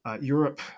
Europe